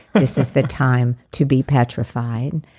this is the time to be petrified.